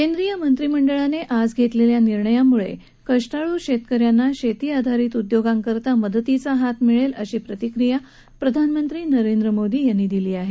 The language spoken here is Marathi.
केंद्रीय मंत्रीमंडळाने आज घेतलेल्या निर्णयांम्ळे कष्टाळू शेतकऱ्यांना शेती आधारित उद्योगांकरता मदतीचा हात मिळेल अशी प्रतिक्रीया प्रधानमंत्री नरेंद्र मोदी यांनी दिली आहे